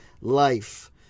life